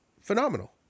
phenomenal